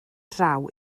draw